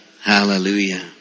Hallelujah